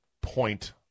point